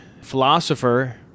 philosopher